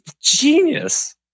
genius